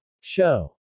show